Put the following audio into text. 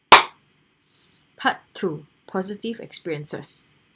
part two positive experiences